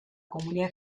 comunidad